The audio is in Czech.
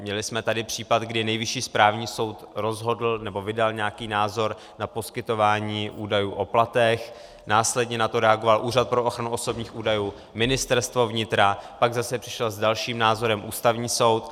Měli jsme tady případ, kdy Nejvyšší správní soud rozhodl, nebo vydal nějaký názor na poskytování údajů o platech, následně na to reagoval Úřad pro ochranu osobních údajů, Ministerstvo vnitra, pak zase přišel s dalším názorem Ústavní soud.